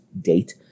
date